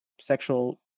sexual